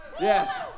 Yes